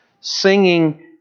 singing